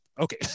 Okay